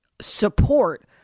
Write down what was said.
support